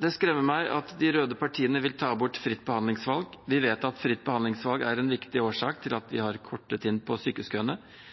Det skremmer meg at de røde partiene vil ta bort fritt behandlingsvalg. Vi vet at fritt behandlingsvalg er en viktig årsak til at vi